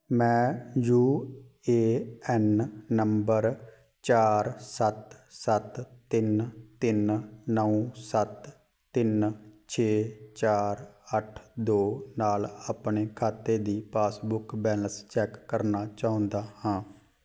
ਮੈਂ U A N ਨੰਬਰ ਚਾਰ ਸੱਤ ਸੱਤ ਤਿੰਨ ਤਿੰਨ ਨੌਂ ਸੱਤ ਤਿੰਨ ਛੇ ਚਾਰ ਅੱਠ ਦੋ ਨਾਲ ਆਪਣੇ ਖਾਤੇ ਦੀ ਪਾਸ ਬੁੱਕ ਬੈਲੇਂਸ ਚੈੱਕ ਕਰਨਾ ਚਾਹੁੰਦਾ ਹਾਂ